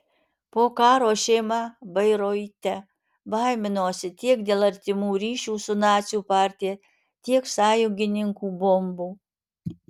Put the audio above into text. po karo šeima bairoite baiminosi tiek dėl artimų ryšių su nacių partija tiek sąjungininkų bombų